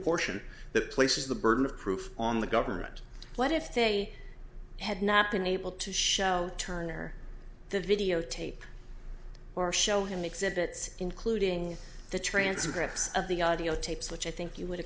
portion that places the burden of proof on the government but if they had not been able to show turner the videotape or show him the exhibits including the transcripts of the audio tapes which i think you would